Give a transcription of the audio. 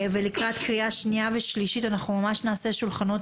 ולקראת קריאה שנייה ושלישית אנחנו ממש נעשה שולחנות